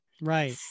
Right